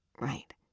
Right